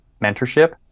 mentorship